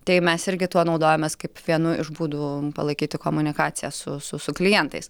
tai mes irgi tuo naudojamės kaip vienu iš būdų palaikyti komunikaciją su su su klientais